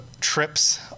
trips